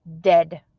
dead